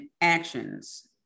actions